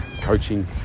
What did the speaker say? coaching